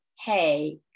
hey